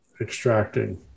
Extracting